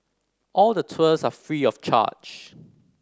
all the tours are free of charge